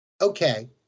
okay